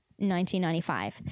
1995